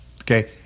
okay